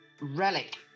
relic